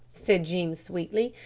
said jean sweetly.